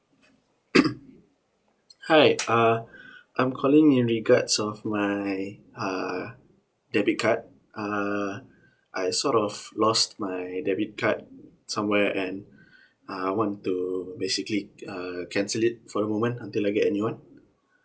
hi uh I'm calling in regards of my uh debit card uh I sort of lost my debit card somewhere and I want to basically uh cancel it for a moment until I get a new one